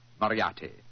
Moriarty